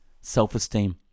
self-esteem